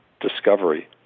discovery